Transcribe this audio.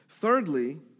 Thirdly